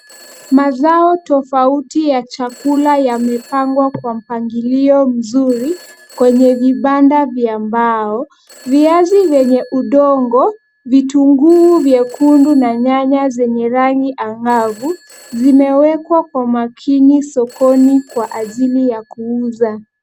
Mazao tofauti ya chakula yamepangwa kwa mpangilio mzuri kwenye vibanda vya mbao. Viazi vyenye udongo, vitunguu vyekundu na nyanya zenye rangi angavu zimewekwa kwa makini sokoni kwa ajili ya kuuza.